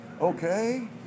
okay